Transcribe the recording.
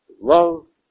love